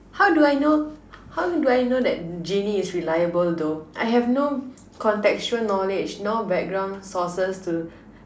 how do I know how do I know that genie is reliable though I have no contextual knowledge no background sources to